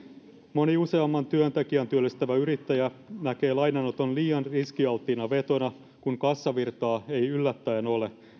moni useamman työntekijän työllistävä yrittäjä näkee lainanoton liian riskialttiina vetona kun kassavirtaa ei yllättäen ole